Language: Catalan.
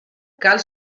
cal